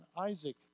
Isaac